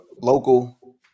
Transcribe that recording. local